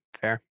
Fair